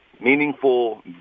meaningful